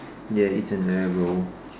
ya it's an arrow